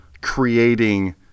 creating